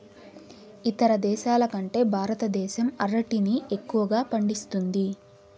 ఇతర దేశాల కంటే భారతదేశం అరటిని ఎక్కువగా పండిస్తుంది